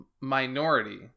minority